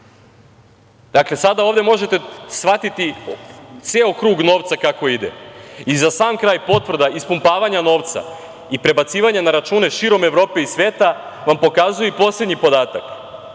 Dakle, sada ovde možete shvatiti ceo krug novca kako ide.Za sam kraj potvrda ispumpavanja novca i prebacivanje na račune širom Evrope i sveta vam pokazuje poslednji podatak.